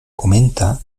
comenta